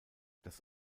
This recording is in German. das